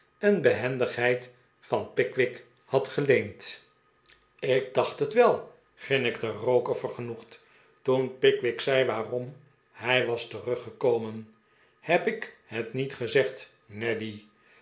en behendigheid van pickwick had geleend ik dacht het wel grinnikte roker vergenoegd toen pickwick zei waarom hij was teruggekomen heb ik het niet gezegd